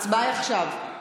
ההצבעה עכשיו.